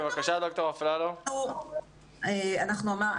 אנחנו אמרנו,